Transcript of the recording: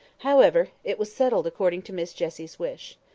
however, it was settled according to miss jessie's wish.